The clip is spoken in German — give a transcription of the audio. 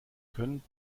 können